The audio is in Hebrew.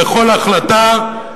בכל החלטה,